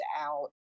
out